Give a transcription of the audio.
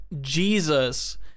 Jesus